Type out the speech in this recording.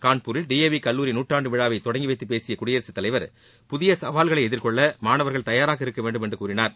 கான்பூரில் D A V கல்லூரி நூற்றாண்டு விழாவை தொடங்கி வைத்தப் பேசிய குடியரசுத் தலைவர் புதிய சவால்களை எதிர்கொள்ள மாணவர்கள் தயாராக இருக்க வேண்டும் என்று கூறினார்